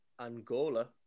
Angola